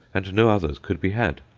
and no others could be had,